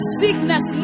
sickness